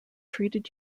treated